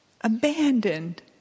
Abandoned